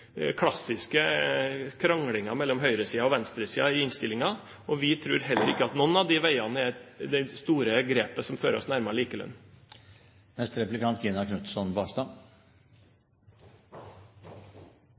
klassiske kranglingen mellom høyresiden og venstresiden, og vi tror heller ikke at noen av de veiene er det store grepet som fører oss nærmere